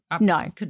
no